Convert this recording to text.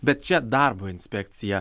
bet čia darbo inspekcija